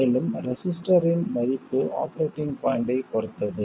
மேலும் ரெசிஸ்டர் இன் மதிப்பு ஆபரேட்டிங் பாய்ண்ட்டைப் பொறுத்தது